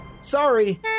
Sorry